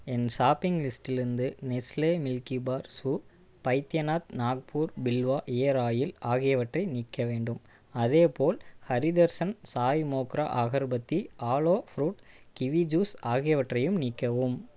என் shopping லிஸ்ட்டிலிருந்து Nestle Milkybar சூ Baidyanath Nagpur Bilva ear oil ஆகியவற்றை நீக்க வேண்டும் அதேபோல் ஹரி தர்ஷன் சாய் மோக்ரா அகர் பத்தி ஆலோ ஃப்ரூட் கிவி ஜூஸ் ஆகியவற்றையும் நீக்கவும்